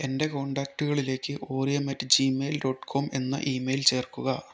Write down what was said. എന്റെ കോൺടാക്റ്റുകളിലേക്ക് ഓറിയം അറ്റ് ജീമെയിൽ ഡോട്ട് കോം എന്ന് ഇമെയിൽ ചേർക്കുക